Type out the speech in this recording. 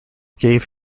gave